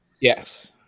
Yes